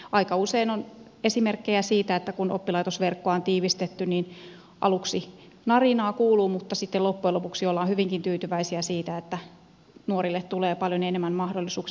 aika usein on esimerkkejä siitä että kun oppilaitosverkkoa on tiivistetty aluksi narinaa kuuluu mutta sitten loppujen lopuksi ollaan hyvinkin tyytyväisiä siitä että nuorille tulee paljon enemmän mahdollisuuksia